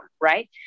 right